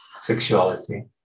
sexuality